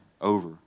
over